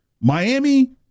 Miami